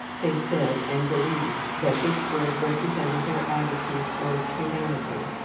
they said and believed that this word represented their attitude towards humanity,